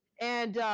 and